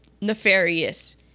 nefarious